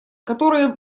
которые